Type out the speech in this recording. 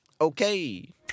okay